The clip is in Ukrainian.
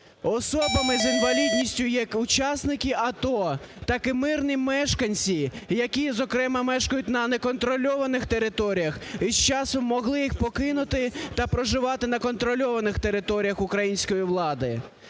особами з інвалідністю є як учасники АТО, так і мирні мешканці, які, зокрема, мешкають на неконтрольованих територіях і з часом могли їх покинути та проживати на контрольованих територіях української влади.